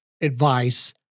advice